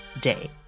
day